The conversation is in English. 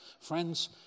friends